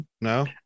No